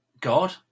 God